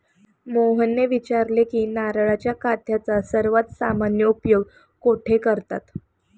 मोहनने विचारले की नारळाच्या काथ्याचा सर्वात सामान्य उपयोग कुठे करतात?